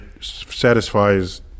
satisfies